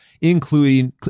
including